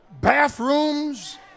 bathrooms